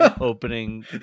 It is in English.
opening